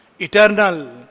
Eternal